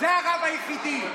זה הרב היחידי.